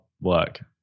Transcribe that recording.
work